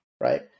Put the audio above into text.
right